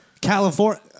California